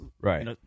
Right